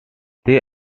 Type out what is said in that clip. they